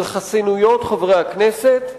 על חסינויות חברי הכנסת,